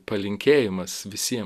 palinkėjimas visiem